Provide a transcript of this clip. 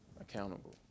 accountable